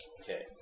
Okay